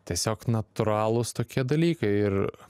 tiesiog natūralūs tokie dalykai ir